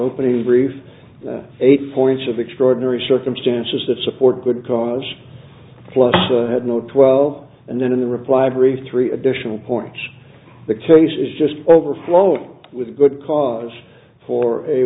opening brief eight points of extraordinary circumstances that support a good cause plus had no twelve and then in the reply brief three additional point the case is just overflowing with good cause for a